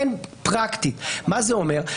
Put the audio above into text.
לתקן פרקטית, מה זה אומר?